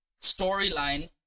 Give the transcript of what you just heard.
storyline